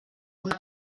una